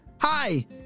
hi